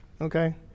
okay